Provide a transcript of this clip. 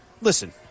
Listen